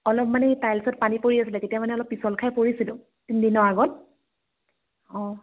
অলপ মানে টাইলছত পানী পৰি আছিলে তেতিয়া মানে অলপ পিছল খাই পৰিছিলোঁ তিনিদিনৰ আগত অঁ